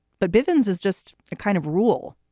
but bivins is just a kind of rule,